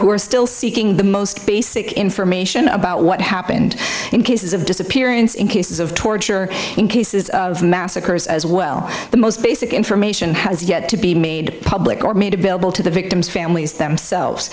who are still seeking the most basic information about what happened in cases of disappearance in cases of torture in cases of massacre as well the most basic information has yet to be made public or made available to the victims families themselves